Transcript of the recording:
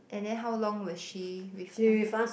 and then how long was she with us